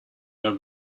your